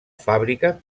fàbrica